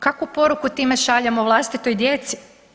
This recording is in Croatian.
Kakvu poruku time šaljemo vlastitoj djeci?